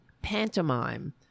pantomime